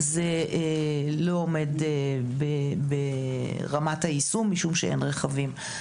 זה לא עומד ברמת היישום משום שאין רכבים.